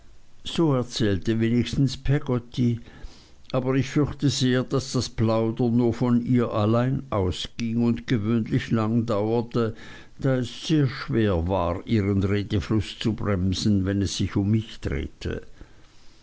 so erzählte wenigstens peggotty aber ich fürchte sehr daß das plaudern nur von ihr allein ausging und gewöhnlich lang dauerte da es sehr schwer war ihren redefluß zu bremsen wenn es sich um mich drehte